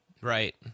Right